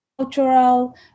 cultural